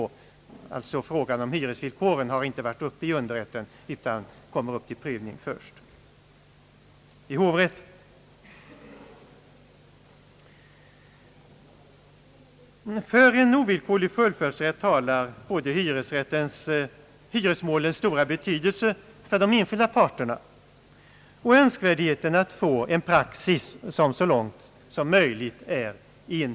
Det gäller alltså när frågan om hyresvillkoren inte har varit uppe i underrätten utan kommer upp till prövning först i hovrätten. För en ovillkorlig fullföljdsrätt talar både hyresmålens stora betydelse för de enskilda parterna och önskvärdheten att få en så enhetlig praxis som möjligt.